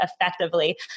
effectively